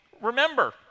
Remember